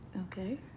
Okay